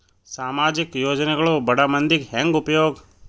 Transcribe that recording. ಸಾಮಾಜಿಕ ಯೋಜನೆಗಳು ಬಡ ಮಂದಿಗೆ ಹೆಂಗ್ ಉಪಯೋಗ?